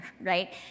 right